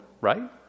right